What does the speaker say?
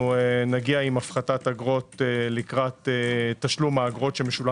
שנגיע עם הפחתת אגרות לקראת תשלום האגרות שמשולם